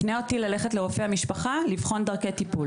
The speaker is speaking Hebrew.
הם מפנים אותי ללכת לרופא המשפחה ולבחון דרכי טיפול.